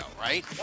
right